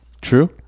True